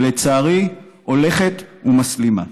שלצערי הולכת ומסלימה.